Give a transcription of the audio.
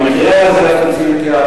במקרה הספציפי הזה,